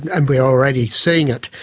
and we're already seeing it,